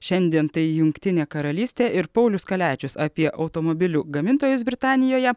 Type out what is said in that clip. šiandien tai jungtinė karalystė ir paulius kaliačius apie automobilių gamintojus britanijoje